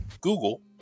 Google